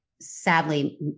sadly